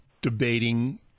debating